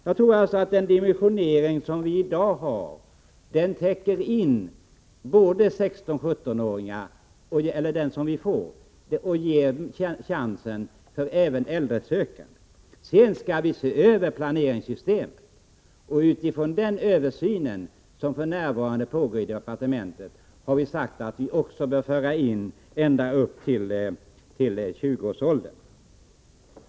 Jag tror alltså att den dimensionering som vi har täcker in ungdomarna i 16-17-årsåldern samtidigt som den ger chansen för äldresökande. Sedan skall vi se över planeringssystemet, och utifrån den översyn som för närvarande pågår på departementet har vi sagt att vi också bör ta med elever ända upp i 20-årsåldern.